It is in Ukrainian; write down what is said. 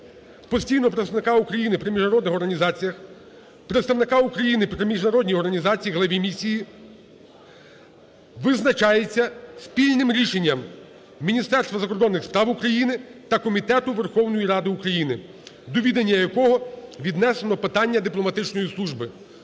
постійного представника України при міжнародних організаціях, представника України при міжнародній організації, глави місії визначається спільним рішенням Міністерства закордонних справ України та Комітетом Верховної Ради України, до відання якого віднесено питання дипломатичної служби.